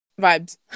Vibes